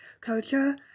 culture